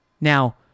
Now